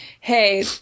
hey